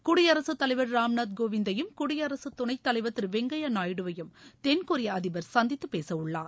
குடியரசு தலைவர் ராம்நாத் கோவிந்தையும் குடியரசு துணைத் தலைவர் திரு வெங்கையா நாயுடுவையும் தென்கொரிய அதிபர் சந்தித்து பேச உள்ளார்